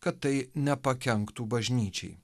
kad tai nepakenktų bažnyčiai